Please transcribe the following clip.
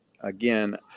again